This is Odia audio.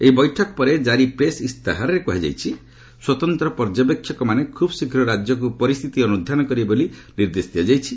ଏହି ବୈଠକ ପରେ ଜାରି ପ୍ରେସ୍ ଇସ୍ତାହାରରେ କୁହାଯାଇଛି ସ୍ୱତନ୍ତ୍ର ପର୍ଯ୍ୟବେକ୍ଷକମାନେ ଖୁବ୍ ଶୀଘ୍ର ରାଜ୍ୟକୁ ପରିସ୍ଥିତି ଅନୁଧ୍ୟାନ କରିବେ ବୋଲି ନିର୍ଦ୍ଦେଶ ଦିଆଯାଇଛି